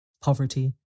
poverty